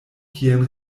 kien